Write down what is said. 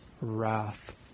Wrath